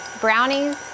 Brownies